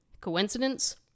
Coincidence